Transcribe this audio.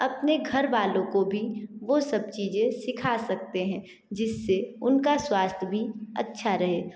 अपने घर वालों को भी वो सब चीज़ें सिखा सकते हैं जिससे उनका स्वास्थ्य भी अच्छा रहे